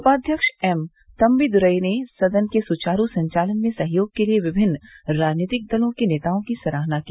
उपाध्यक्ष एम तम्बीदुरई ने सदन के सुचारू संचालन में सहयोग के लिए विभिन्न राजनीतिक दलों के नेताओं की सराहना की